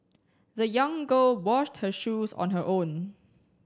the young girl washed her shoes on her own